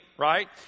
Right